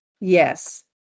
yes